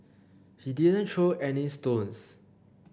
he didn't throw any stones